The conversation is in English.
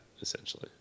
essentially